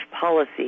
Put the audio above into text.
policy